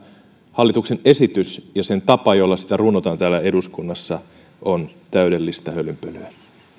hallituksen esitys ja se tapa jolla tätä runnotaan täällä eduskunnassa on täydellistä hölynpölyä